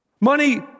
Money